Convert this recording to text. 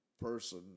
person